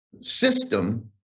system